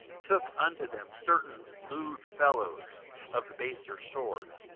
took unto them certain lewd fellows of the baser sort,